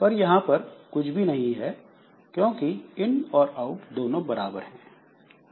पर यहां पर कुछ भी नहीं है क्योंकि इन और आउट दोनों बराबर हैं